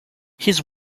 his